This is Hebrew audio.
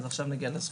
עכשיו נגיע לזכויות.